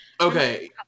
Okay